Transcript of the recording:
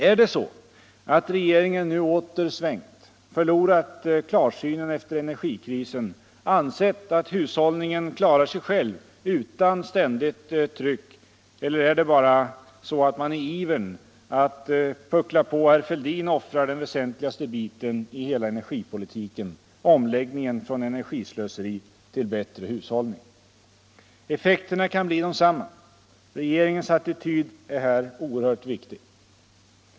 Är det så att regeringen nu åter svängt — förlorat klarsynen efter energikrisen — ansett att hushållningen klarar sig själv utan ständigt tryck, eller är det bara så att man i ivern att puckla på herr Fälldin offrar den väsentligaste biten i hela energipolitiken: omläggningen från energislöseri till bättre hushållning? Effekterna kan bli desamma. Regeringens attityd är här oerhört viktig.